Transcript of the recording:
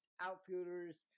outfielders